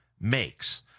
makes